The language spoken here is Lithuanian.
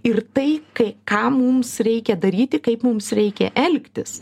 ir tai kai ką mums reikia daryti kaip mums reikia elgtis